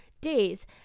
days